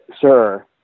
sir